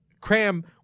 cram